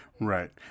Right